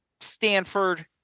Stanford